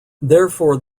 therefore